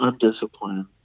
undisciplined